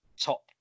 top